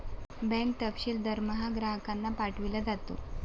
bank तपशील दरमहा ग्राहकांना पाठविला जातो